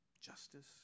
justice